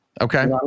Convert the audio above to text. Okay